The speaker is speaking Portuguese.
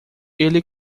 ele